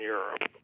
Europe